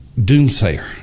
doomsayer